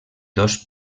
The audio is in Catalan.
dos